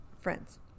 Friends